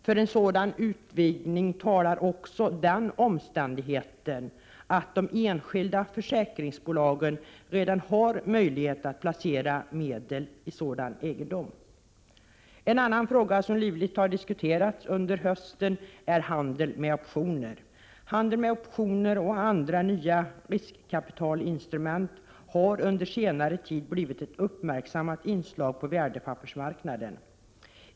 För en sådan utvidgning talar också den omständigheten att de enskilda försäkringsbolagen redan har möjlighet att placera medel i sådan egendom. En annan fråga som livligt har diskuterats under hösten är handel med optioner. Handel med optioner och andra nya riskkapitalinstrument har under senare tid blivit ett uppmärksammat inslag på värdepappersmarknaden.